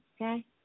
okay